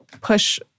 push